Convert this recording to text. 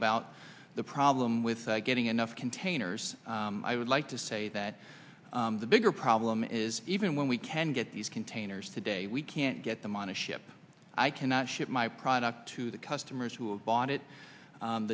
about the problem with getting enough containers i would like to say that the bigger problem is even when we can get these containers today we can't get them on a ship i cannot ship my product to the customers who have bought it